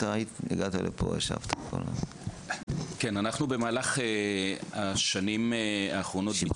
כן, אנחנו במהלך השנים האחרונות ביצענו מספר